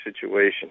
situation